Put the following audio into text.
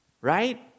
right